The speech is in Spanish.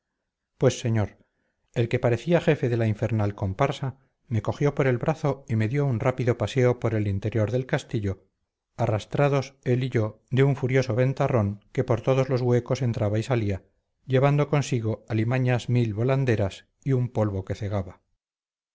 pues señor el que parecía jefe de la infernal comparsa me cogió por el brazo y me dio un rápido paseo por el interior del castillo arrastrados él y yo de un furioso ventarrón que por todos los huecos entraba y salía llevando consigo alimañas mil volanderas y un polvo que cegaba